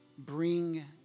Bring